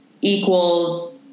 equals